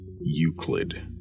Euclid